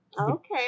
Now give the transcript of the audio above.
Okay